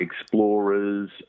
explorers